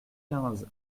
quinze